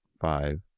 five